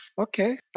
okay